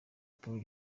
paul